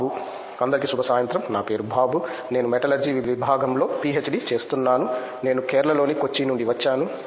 బాబు అందరికీ శుభ సాయంత్రం నా పేరు బాబు నేను మెటలర్జీ విభాగంలో పిహెచ్డి చేస్తున్నాను నేను కేరళలోని కొచ్చి నుండి వచ్చాను